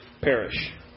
perish